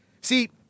See